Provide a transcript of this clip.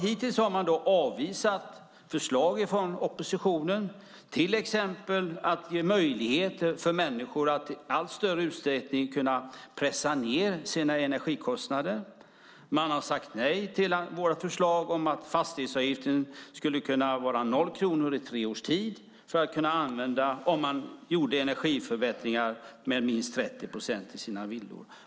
Hittills har man avvisat förslag från oppositionen, till exempel att ge möjligheter för människor att i allt större utsträckning pressa ned sina energikostnader. Man har sagt nej till vårt förslag att fastighetsavgiften skulle vara noll kronor i tre års tid om man gör energiförbättringar på minst 30 procent i sina villor.